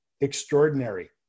extraordinary